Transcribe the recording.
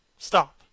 Stop